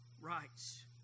rights